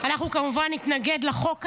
אנחנו כמובן נתנגד לחוק הזה,